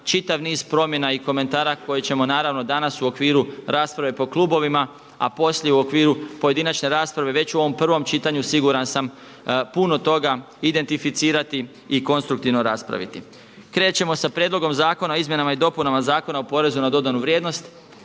čitav niz promjena i komentara koje ćemo naravno danas u okviru rasprave po klubovima, a poslije u okviru pojedinačne rasprave već u ovom provom čitanju siguran sam puno toga identificirati i konstruktivno raspraviti. Krećemo sa prijedlogom Zakona o izmjenama i dopunama Zakona o porezu na dodanu vrijednost.